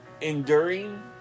enduring